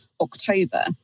October